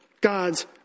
God's